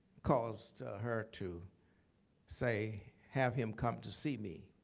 caused her to say, have him come to see me.